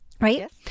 right